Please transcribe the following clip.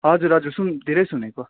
हजुर हजुर सुन धेरै सुनेको